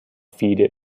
fehde